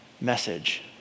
message